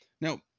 Now